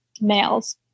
males